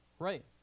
Right